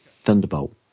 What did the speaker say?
Thunderbolt